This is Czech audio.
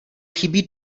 chybí